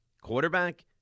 quarterback